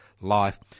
life